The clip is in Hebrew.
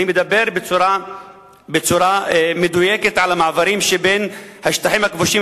אני מדבר בצורה מדויקת על המעברים שבין השטחים הכבושים